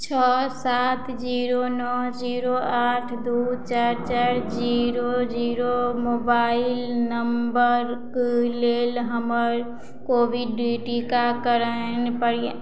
छओ सात जीरो नओ जीरो आठ दू चारि चारि जीरो जीरो मोबाइल नंबरक लेल हमर कोविड टीकाकरण